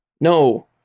No